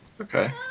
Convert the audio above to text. Okay